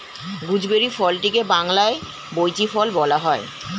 gooseberry ফলটিকে বাংলায় বৈঁচি ফল বলা হয়